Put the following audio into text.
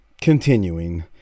continuing